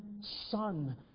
Son